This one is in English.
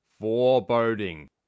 foreboding